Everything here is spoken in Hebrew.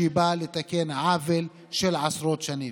שבא לתקן עוול של עשרות שנים.